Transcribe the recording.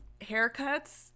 haircuts